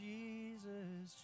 Jesus